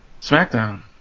SmackDown